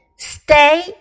Stay